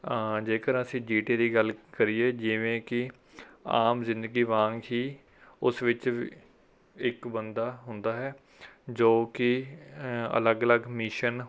ਜੇਕਰ ਅਸੀਂ G T A ਦੀ ਗੱਲ ਕਰੀਏ ਜਿਵੇਂ ਕਿ ਆਮ ਜ਼ਿੰਦਗੀ ਵਾਂਗ ਹੀ ਉਸ ਵਿੱਚ ਵ ਇੱਕ ਬੰਦਾ ਹੁੰਦਾ ਹੈ ਜੋ ਕਿ ਅਲੱਗ ਅਲੱਗ ਮਿਸ਼ਨ